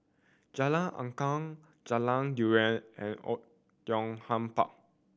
Jalan Angklong Jalan Durian and Oei Tiong Ham Park